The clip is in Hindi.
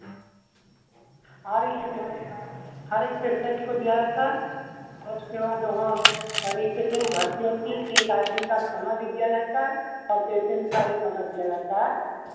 हर एक हर एक पेसेन्ट को दिया जाता है और उसके बाद वहाँ हर एक पेसेन्ट भर्ती होती है तो एक आदमी का खाना भी दिया जाता है और पेसेन्ट का भी खाना दिया जाता है